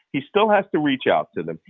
he still has to reach out to them.